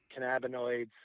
cannabinoids